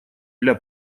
для